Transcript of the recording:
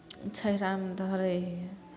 छहिरामे धरै हियै